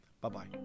Bye-bye